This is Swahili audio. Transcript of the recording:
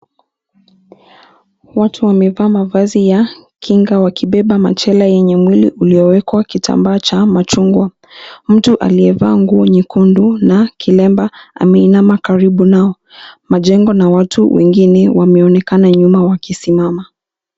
Watu wamevaa mavazi ya kinga wakibeba machela yenye mwili uliyowekwa kitamba cha machungwa. Mtu aliyevaa nguo nyekundu na kilemba, ameinama karibu nao. Majengo na watu wengine wameonekana nyuma wakisimama.